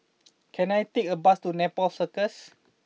can I take a bus to Nepal Circus